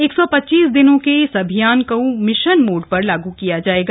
एक सौ पच्चीस दिनों के इस अभियान को मिशन मोड पर लागू किया जाएगा